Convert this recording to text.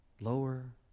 lower